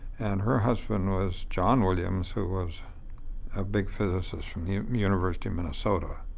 and her husband was john williams, who was a big physicist from the university of minnesota.